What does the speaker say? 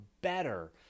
better